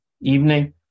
evening